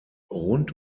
rund